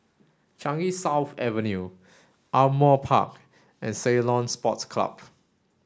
Changi South Avenue Ardmore Park and Ceylon Sports Club